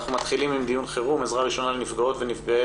על סדר היום דיון חירום - עזרה ראשונה לנפגעות ולנפגעי